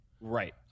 right